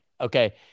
Okay